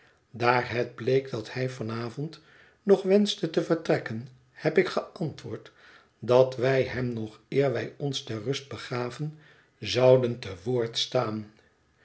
daar het bleek dat hij vanavond nog wenschte te vertrekken heb ik geantwoord dat wij hem nog eer wij ons ter rust begaven zouden te woord staan